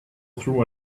through